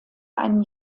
einen